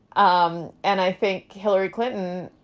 um and i think hillary clinton